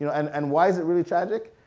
you know and and why is it really tragic?